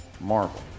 Marvel